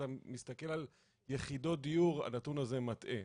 כשאתה מסתכל על יחידות דיור הנתון הזה מטעה.